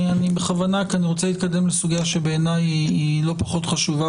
אני רוצה להתקדם לסוגיה שבעיני היא לא פחות חשובה,